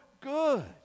good